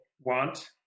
want